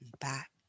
back